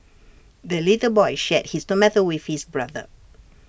the little boy shared his tomato with his brother